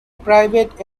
private